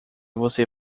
você